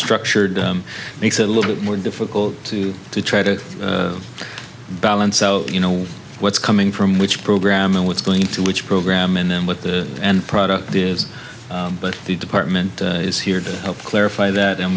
structured makes it a little bit more difficult to try to balance out you know what's coming from which program and what's going to which program in them with the end product is but the department is here to help clarify that and